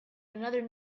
another